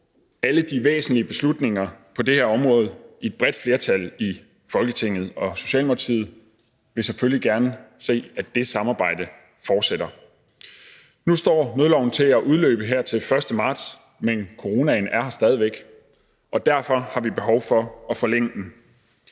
alle de væsentlige beslutninger på det her område i et bredt flertal i Folketinget, og Socialdemokratiet vil selvfølgelig gerne se, at det samarbejde fortsætter. Nu står nødloven til at udløbe her til 1. marts, men coronaen er her stadig væk, og derfor har vi behov for at forlænge den